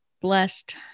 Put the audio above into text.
blessed